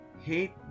Hate